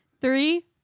Three